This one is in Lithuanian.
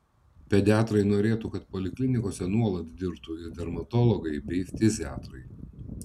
pediatrai norėtų kad poliklinikose nuolat dirbtų ir dermatologai bei ftiziatrai